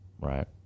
Right